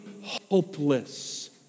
hopeless